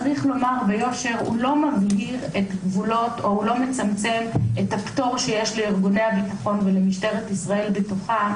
ולא מצמצם את הפטור שיש לארגוני הביטחון ולמשטרת ישראל בתוכם